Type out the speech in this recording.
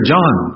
John